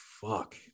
fuck